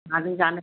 माजों जानो